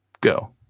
go